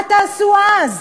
מה תעשו אז?